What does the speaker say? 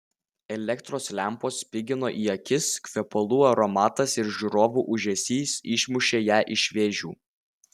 elektros lempos spigino į akis kvepalų aromatas ir žiūrovų ūžesys išmušė ją iš vėžių